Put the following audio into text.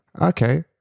okay